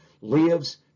lives